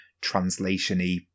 translation-y